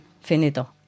finito